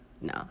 No